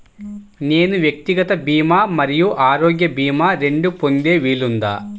నేను వ్యక్తిగత భీమా మరియు ఆరోగ్య భీమా రెండు పొందే వీలుందా?